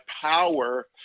power